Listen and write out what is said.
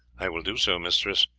i will do so, mistress,